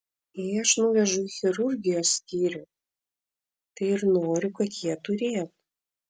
jei aš nuvežu į chirurgijos skyrių tai ir noriu kad jie turėtų